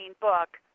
book